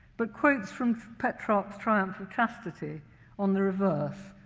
but quotes from petrarch's triumph of chastity on the reverse,